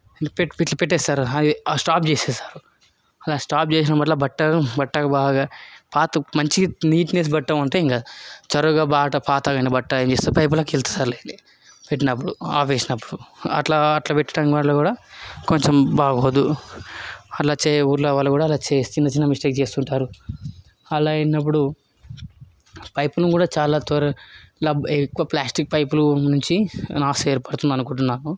పెట్టి పెట్టు పెట్టేస్తారు అది స్టాప్ చేసేస్తారు అలా స్టాప్ చేసేయడం వల్ల బట్ట బట్ట బాగా పాత బాగా మంచిగా నీట్నెస్ బట్ట ఉంటే ఇంకా త్వరగా బాగా పాతదైన బట్ట ఏం చేస్తదంటే పైపులోకి వెళ్ళి పెట్టేసినప్పుడు ఆపేసినప్పుడు అట్లా అట్లా పెట్టిన వాళ్ళు కూడా కొంచెం బాగోదు అలా చే ఊర్లో వాళ్ళు కూడా అలా చేసి చిన్న చిన్న మిస్టేక్ చేస్తుంటారు అలా అయినప్పుడు పైపులు కూడా చాలా ఎక్కువ ప్లాస్టిక్ పైప్ పైపులో నుంచి నాసు ఏర్పడుతుంది అనుకుంటున్నాను